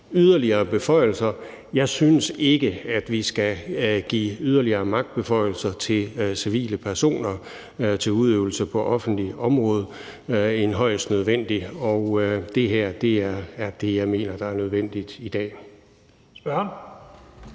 yderligere beføjelser. Jeg synes ikke, vi skal give flere magtbeføjelser til civile personer til udøvelse på offentligt område end højst nødvendigt, og det her er det, jeg mener er nødvendigt i dag.